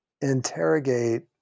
interrogate